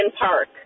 Park